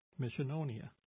Missiononia